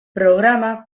programa